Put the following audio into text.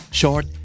short